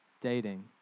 dating